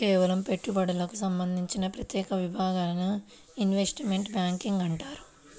కేవలం పెట్టుబడులకు సంబంధించిన ప్రత్యేక విభాగాన్ని ఇన్వెస్ట్మెంట్ బ్యేంకింగ్ అంటారు